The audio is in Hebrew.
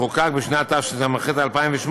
אשר חוקק בשנת התשס"ח 2008,